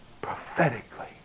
prophetically